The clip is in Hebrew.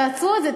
תעצרו את זה,